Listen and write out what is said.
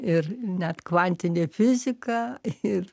ir net kvantinė fizika ir